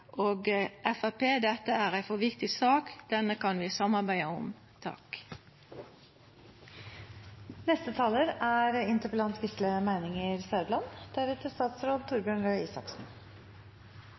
og Framstegspartiet – dette er ei for viktig sak. Denne kan vi samarbeida om.